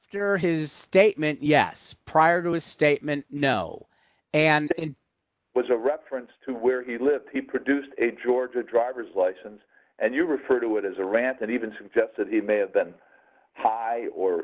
after his statement yes prior to his statement no and was a reference to where he lives he produced in georgia driver's license and you referred to it as a rant that even suggested he may have been high or